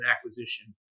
acquisition